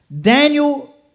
Daniel